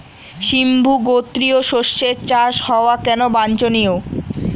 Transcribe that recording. সিম্বু গোত্রীয় শস্যের চাষ হওয়া কেন বাঞ্ছনীয়?